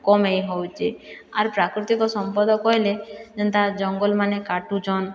କମାଇ ହେଉଛେ ଆର୍ ପ୍ରାକୃତିକ ସମ୍ପଦ କହିଲେ ଯେନ୍ତା ଜଙ୍ଗଲମାନେ କାଟୁଛନ୍